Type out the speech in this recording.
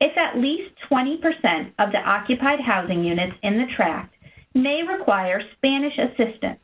if at least twenty percent of the occupied housing units in the tract may require spanish assistance.